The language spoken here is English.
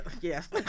Yes